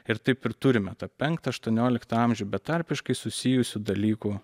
ir taip ir turime tą penktą aštuonioliktą amžių betarpiškai susijusių dalykų